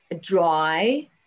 dry